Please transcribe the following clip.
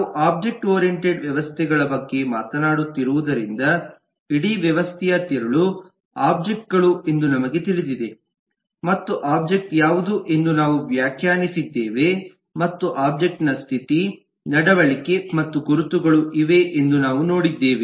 ನಾವು object oriented ವ್ಯವಸ್ಥೆಗಳ ಬಗ್ಗೆ ಮಾತನಾಡುತ್ತಿರುವುದರಿಂದ ಇಡೀ ವ್ಯವಸ್ಥೆಯ ತಿರುಳು ಒಬ್ಜೆಕ್ಟ್ ಗಳು ಎಂದು ನಮಗೆ ತಿಳಿದಿದೆ ಮತ್ತು ಒಬ್ಜೆಕ್ಟ್ ಯಾವುದು ಎಂದು ನಾವು ವ್ಯಾಖ್ಯಾನಿಸಿದ್ದೇವೆ ಮತ್ತು ಒಬ್ಜೆಕ್ಟ್ ನ ಸ್ಥಿತಿ ನಡವಳಿಕೆ ಮತ್ತು ಗುರುತುಗಳು ಇವೆ ಎಂದು ನಾವು ನೋಡಿದ್ದೇವೆ